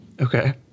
Okay